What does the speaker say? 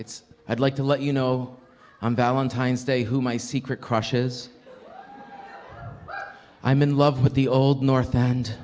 it's i'd like to let you know i'm valentine's day who my secret crush is i'm in love with the old northland